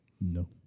No